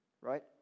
right